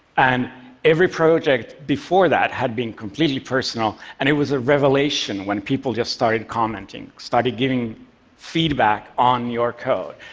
and every project before that had been completely personal and it was a revelation when people just started commenting, started giving feedback on your code.